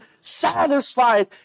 satisfied